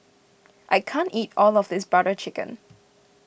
I can't eat all of this Butter Chicken